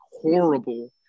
horrible